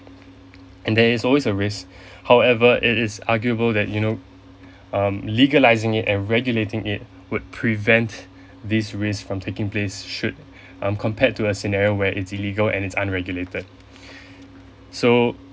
and there is always a risk however it is arguable that you know um legalizing it and regulating it would prevent these risk from taking place should um compared to a scenario where it's illegal and it's unregulated so